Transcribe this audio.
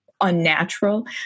unnatural